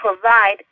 provide